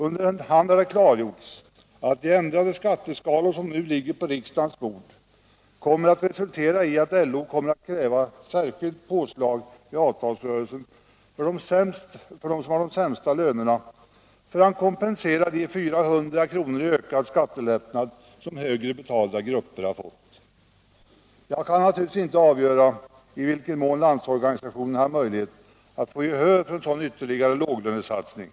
Under hand har det klargjorts att de ändrade skatteskalor som nu ligger på riksdagens bord kommer att resultera i att LO kommer att kräva särskilda påslag i av talsrörelsen för dem som har de sämsta lönerna — för att kompensera — Nr 46 de 400 kr. i ökad skattelättnad som högre betalda grupper fått. Jag kan Onsdagen den naturligtvis inte avgöra i vilken mån Landsorganisationen har möjlighet 15 december 1976 att få gehör för en sådan ytterligare låglönesatsning.